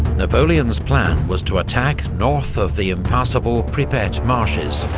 napoleon's plan was to attack north of the impassable pripet marshes,